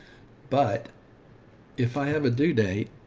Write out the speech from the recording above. but if i have a due date,